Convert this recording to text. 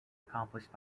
accomplished